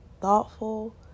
thoughtful